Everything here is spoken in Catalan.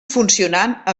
funcionant